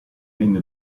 venne